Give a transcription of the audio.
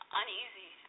uneasy